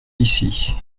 ici